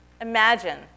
imagine